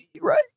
right